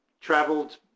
traveled